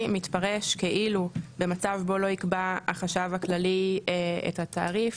מתפרש כאילו במצב בו לא יקבע החשב הכללי את התעריף,